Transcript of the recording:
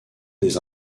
des